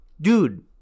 Dude